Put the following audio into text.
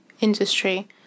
industry